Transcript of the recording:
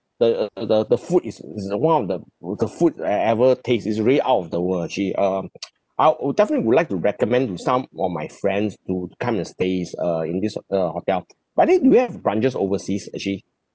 the uh the the food is is the one of the local food I ever taste is really out of the world actually um I would definitely would like to recommend to some of my friends to come and stays uh in this uh hotel by the way do you have branches overseas actually